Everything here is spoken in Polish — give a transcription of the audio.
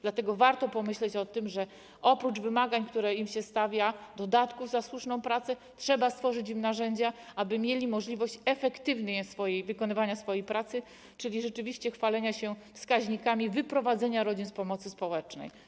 Dlatego warto pomyśleć o tym, że oprócz wymagań, które im się stawia, dodatków za słuszną pracę, trzeba stworzyć im narzędzia, aby mieli możliwość efektywnego wykonywania swojej pracy, czyli rzeczywiście chwalenia się wskaźnikami wyprowadzenia rodzin z pomocy społecznej.